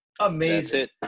amazing